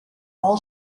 all